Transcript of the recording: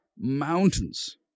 mountains